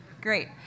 great